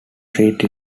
treat